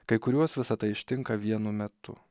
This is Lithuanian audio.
kai kuriuos visa tai ištinka vienu metu